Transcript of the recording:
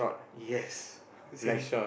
yes the same